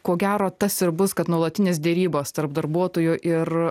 ko gero tas ir bus kad nuolatinės derybos tarp darbuotojų ir